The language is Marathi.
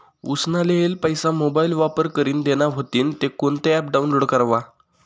उसना लेयेल पैसा मोबाईल वापर करीन देना व्हतीन ते कोणतं ॲप डाऊनलोड करवा?